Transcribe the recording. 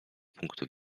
punktu